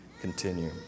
continue